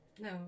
No